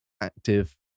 active